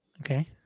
Okay